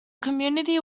community